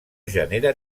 genera